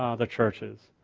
ah the churches.